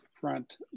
front